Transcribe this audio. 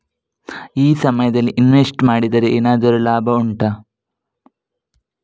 ಈ ಸಮಯದಲ್ಲಿ ಇನ್ವೆಸ್ಟ್ ಮಾಡಿದರೆ ಏನಾದರೂ ಲಾಭ ಉಂಟಾ